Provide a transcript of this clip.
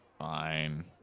fine